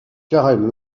karen